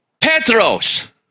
Petros